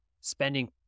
spending